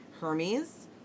Hermes